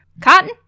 Cotton